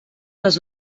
les